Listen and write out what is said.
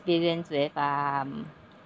experience with um